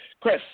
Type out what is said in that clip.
Chris